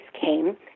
came